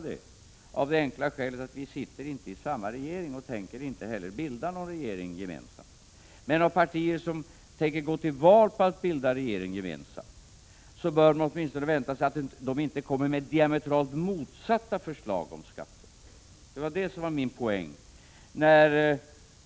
Det enkla skälet är att vi inte sitter i samma regering och inte heller tänker bilda regering gemensamt. Men de partier som tänker gå till val på att bilda regering gemensamt bör åtminstone veta att de inte skall komma med diametralt motsatta förslag om skatter. Detta var min poäng.